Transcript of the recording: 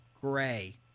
gray